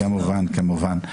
כמובן.